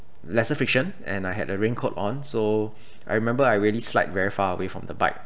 lesser friction and I had a rain coat on so I remember I really slide very far away from the bike